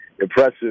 impressive